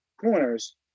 corners